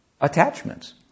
attachments